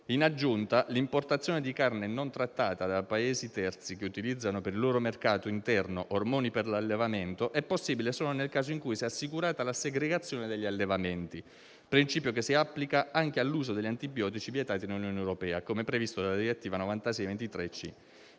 In aggiunta, l'importazione di carne non trattata da Paesi terzi che utilizzano per il loro mercato interno ormoni per allevamento è possibile solo nel caso in cui sia assicurata la segregazione degli allevamenti, principio che si applica anche all'uso degli antibiotici vietati nell'Unione europea, come previsto dalla direttiva 96/23/EC.